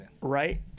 Right